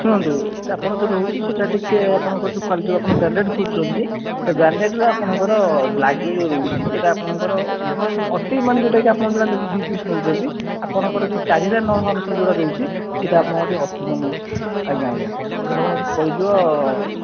ଶୁଣନ୍ତୁ ତ ଆପଣ ଯେଉଁ ରହୁଛି ସେଇଟା ଟିକିଏ ଆପଣଙ୍କର ଯେଉଁ କ୍ୱାଲିଟିର ବ୍ରାଣ୍ଡେଡ଼୍ ଖୋଜୁଛନ୍ତି ସେ ବ୍ରାଣ୍ଡେଡ଼୍ ଆପଣଙ୍କର ବ୍ଲାକ୍ବେରୀ ରହୁଛି ସେଇଟା ଆପଣଙ୍କର ଅତି ମାନେ ଯେଉଁଟାକି ଆପଣ ଯେଉଁଟା ଦୁଇ ପିସ୍ ନେଉଛନ୍ତି ଆପଣଙ୍କର ଯେଉଁ ଚାରି ହଜାର ନଅଶହ ଅନେଶ୍ୱତ ଯେଉଁଟା ରହୁଛି ସେଇଟା ଆପଣଙ୍କର ଟିକିଏ ଆଜ୍ଞା ଆଜ୍ଞା ପଡ଼ିଯିବ